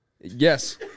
Yes